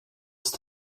ist